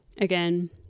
again